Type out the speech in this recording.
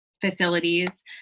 facilities